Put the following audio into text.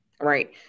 right